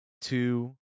two